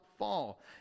fall